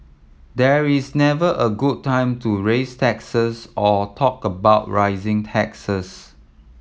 there is never a good time to raise taxes or talk about rising taxes